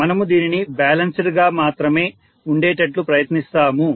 మనము దీనిని బ్యాలెన్స్డ్ గా మాత్రమే ఉండేటట్లు ప్రయత్నిస్తాము